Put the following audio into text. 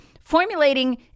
formulating